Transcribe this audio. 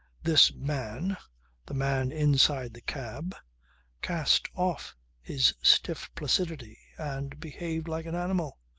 this man the man inside the cab cast oft his stiff placidity and behaved like an animal.